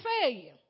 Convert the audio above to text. failure